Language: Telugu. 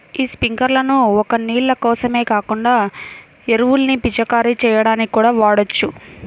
యీ స్పింకర్లను ఒక్క నీళ్ళ కోసమే కాకుండా ఎరువుల్ని పిచికారీ చెయ్యడానికి కూడా వాడొచ్చు